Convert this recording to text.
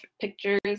pictures